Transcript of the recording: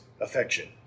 affection